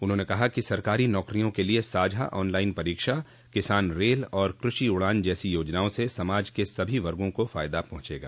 उन्होंने कहा कि सरकारी नौकरियों के लिए साझा ऑनलाइन परीक्षा किसान रेल और कृषि उड़ान जैसी योजनाओं से समाज के सभी वर्गो को फायदा पहुंचेगा